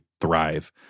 thrive